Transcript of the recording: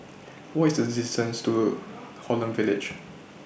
What IS The distance to Holland Village